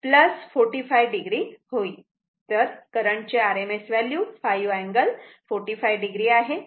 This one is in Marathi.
तेव्हा करंट ची RMS व्हॅल्यू 5 अँगल 45 o आहे